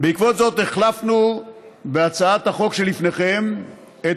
בעקבות זאת החלפנו בהצעת החוק שלפניכם את